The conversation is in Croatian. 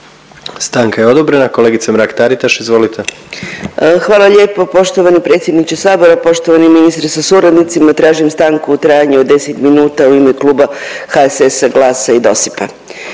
Stanka je odobrena. Kolegice Mrak-Taritaš izvolite. **Mrak-Taritaš, Anka (GLAS)** Hvala lijepo poštovani predsjedniče sabora, poštovani ministre sa suradnicima. Tražim stanku u trajanju od 10 minuta u ime Kluba HSS-a, GLAS-a i DOSIP-a.